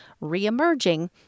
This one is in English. re-emerging